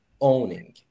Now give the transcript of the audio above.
owning